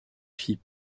fit